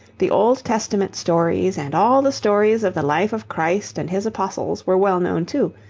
the old testament stories and all the stories of the life of christ and his apostles were well known too,